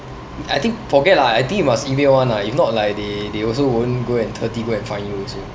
I think forget lah I think you must email [one] lah if not like they they also won't go and 特地 go and find you also